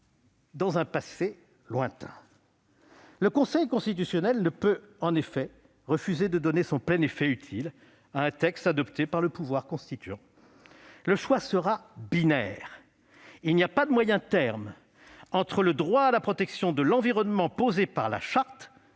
dans un passé lointain. Le Conseil constitutionnel ne peut pas, en effet, refuser de donner son plein effet utile à un texte adopté par le pouvoir constituant. Le choix sera binaire. Il n'y a pas de moyen terme entre le droit à la protection de l'environnement posé par la Charte,